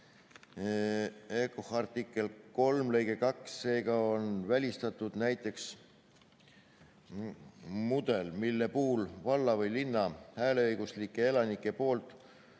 3 lõige 2), seega on välistatud näiteks mudel, mille puhul valla või linna hääleõiguslike elanike poolt